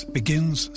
begins